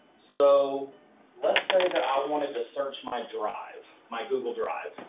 so let's say that i wanted to search my drive, my google drive.